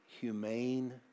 humane